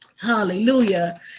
hallelujah